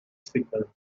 signal